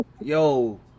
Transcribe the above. yo